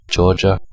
Georgia